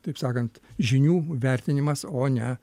taip sakant žinių vertinimas o ne